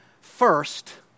first